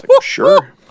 sure